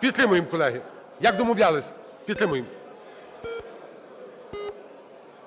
Підтримуємо, колеги, як домовлялись. Підтримуємо.